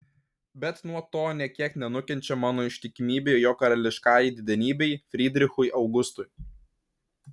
bet nuo to nė kiek nenukenčia mano ištikimybė jo karališkajai didenybei frydrichui augustui